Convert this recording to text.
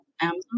Amazon